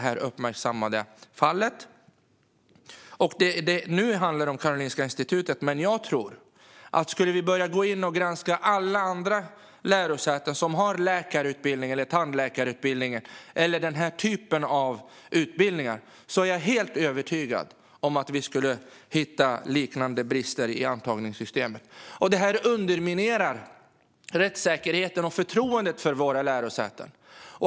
Här handlar det om Karolinska institutet, men jag tror att om vi går in och granskar alla andra lärosäten som har denna typ av utbildningar är jag övertygad om att vi skulle hitta liknande brister i antagningssystemet. Detta underminerar rättssäkerheten och förtroendet för våra lärosäten.